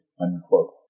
unquote